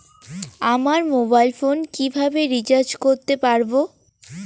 আমার mobile phone কিভাবে recharge করতে পারব?